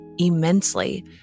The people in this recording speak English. immensely